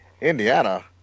Indiana